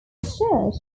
church